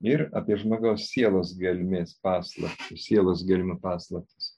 ir apie žmogaus sielos gelmės paslaptį sielos gelmių paslaptis